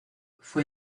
fue